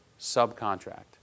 subcontract